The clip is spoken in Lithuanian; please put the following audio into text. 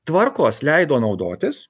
tvarkos leido naudotis